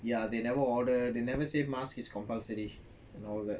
ya they never order they never say mask is compulsory and all that